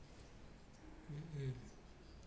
mm mm